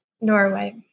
Norway